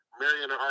marion